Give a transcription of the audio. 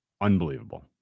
unbelievable